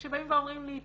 כשבאים ואומרים לי,